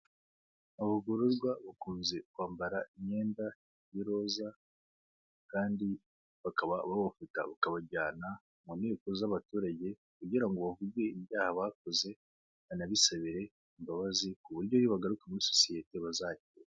Abagororwa bakunze kwambara imyenda y'iroza kandi bakaba babafata bakabajyana mu nkiko z'abaturage, kugira ngo bavuge ibyaha bakoze banabisabire imbabazi, ku buryo nibagaruka muri sosiyete bazayikora.